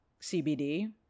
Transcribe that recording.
CBD